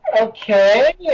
okay